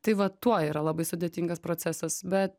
tai va tuo yra labai sudėtingas procesas bet